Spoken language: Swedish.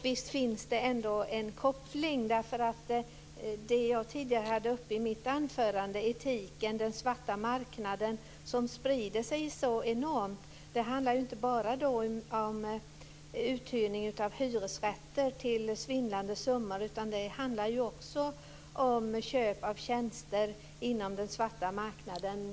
Visst finns det ändå en koppling. Det jag tog upp i mitt anförande om etik, om den svarta marknad som sprider sig så enormt, handlar ju inte bara om uthyrning av hyresrätter till svindlande summor utan också om köp av tjänster inom den svarta marknaden.